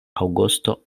aŭgusto